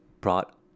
brought